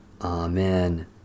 Amen